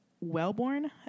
Wellborn